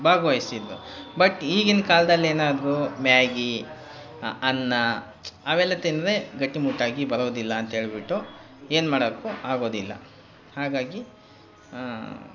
ಭಾಗವಹಿಸಿದ್ರು but ಈಗಿನ ಕಾಲದಲ್ಲೆನಾದ್ರೂ Maggi ಅ ಅನ್ನ ಅವೆಲ್ಲ ತಿಂದರೆ ಗಟ್ಟಿಮುಟ್ಟಾಗಿ ಬರೋದಿಲ್ಲ ಅಂತೇಳಿಬಿಟ್ಟು ಏನು ಮಾಡೊಕ್ಕೂ ಆಗೋದಿಲ್ಲ ಹಾಗಾಗಿ